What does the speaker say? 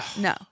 No